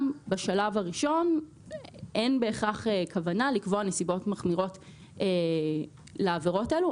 גם בשלב הראשון אין בהכרח כוונה לקבוע נסיבות מחמירות לעבירות האלו.